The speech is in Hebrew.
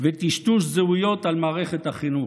וטשטוש זהויות על מערכת החינוך.